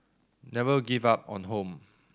never give up on home